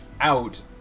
out